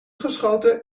geschoten